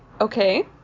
okay